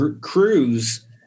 crews